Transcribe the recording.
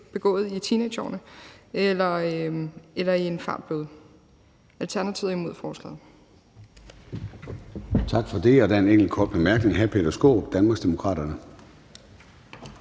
begået i teenageårene eller en fartbøde. Alternativet er imod forslaget.